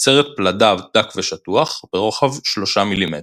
- סרט פלדה דק ושטוח, ברוחב 3 מילימטר.